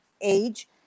age